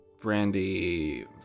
Brandy